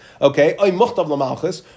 okay